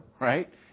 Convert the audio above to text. right